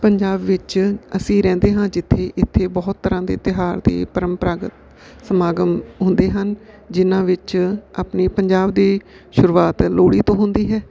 ਪੰਜਾਬ ਵਿੱਚ ਅਸੀਂ ਰਹਿੰਦੇ ਹਾਂ ਜਿੱਥੇ ਇੱਥੇ ਬਹੁਤ ਤਰ੍ਹਾਂ ਦੇ ਤਿਉਹਾਰ ਦੇ ਪਰੰਪਰਾਗਤ ਸਮਾਗਮ ਹੁੰਦੇ ਹਨ ਜਿਹਨਾਂ ਵਿੱਚ ਆਪਣੇ ਪੰਜਾਬ ਦੀ ਸ਼ੁਰੂਆਤ ਲੋਹੜੀ ਤੋਂ ਹੁੰਦੀ ਹੈ